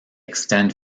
extend